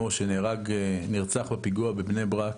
שנרצח בפיגוע בבני-ברק.